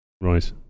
Right